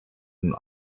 den